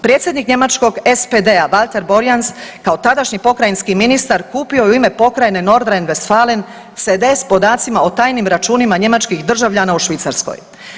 Predsjednik njemačkog SPD-a, Walter-Borjans, kao tadašnji pokrajinski ministar kupio je u ime Pokrajine Nordrhein Westfalen cd s podacima o tajnim računima njemačkih državljana u Švicarskoj.